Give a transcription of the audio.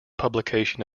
publication